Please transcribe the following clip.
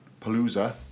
Palooza